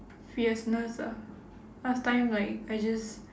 fierceness ah last time like I just